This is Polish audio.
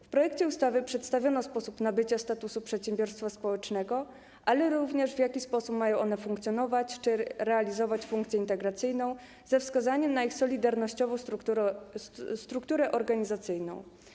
W projekcie ustawy przedstawiono sposób nabycia statusu przedsiębiorstwa społecznego, ale również to, w jakiś sposób mają one funkcjonować, czyli realizować funkcję integracyjną, ze wskazaniem na ich solidarnościową strukturę organizacyjną.